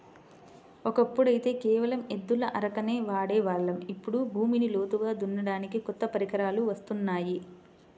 ఒకప్పుడైతే కేవలం ఎద్దుల అరకనే వాడే వాళ్ళం, ఇప్పుడు భూమిని లోతుగా దున్నడానికి కొత్త పరికరాలు వత్తున్నాయి